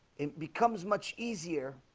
it becomes much easier